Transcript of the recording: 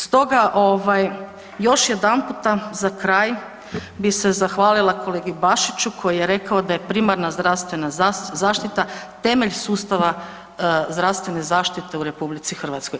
Stoga još jedanputa za kraj bi se zahvalila kolegi Bašiću koji je rekao da je primarna zdravstvena zaštita temelje sustava zdravstvene zaštite u RH.